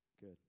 Good